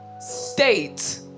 state